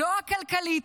הכלכלית,